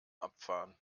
abfahren